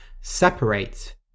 Separate